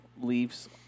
leaves